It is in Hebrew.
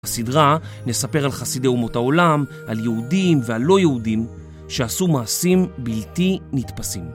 בסדרה, נספר על חסידי אומות העולם, על יהודים ועל לא יהודים, שעשו מעשים בלתי נתפסים.